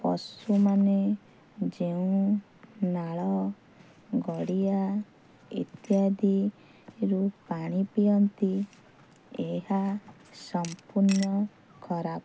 ପଶୁମାନେ ଯେଉଁ ନାଳ ଗଡ଼ିଆ ଇତ୍ୟାଦିରୁ ପାଣି ପିଅନ୍ତି ଏହା ସମ୍ପୂର୍ଣ୍ଣ ଖରାପ